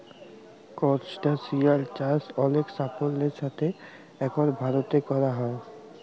করসটাশিয়াল চাষ অলেক সাফল্যের সাথে এখল ভারতে ক্যরা হ্যয়